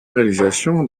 réalisation